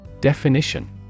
Definition